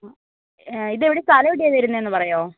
ആ ഇതെവിടെ സ്ഥലം എവിടെയാണ് വരുന്നതെന്ന് പറയുമോ